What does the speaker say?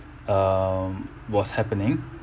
um was happening